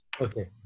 Okay